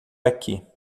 aqui